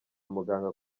muganga